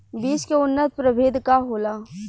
बीज के उन्नत प्रभेद का होला?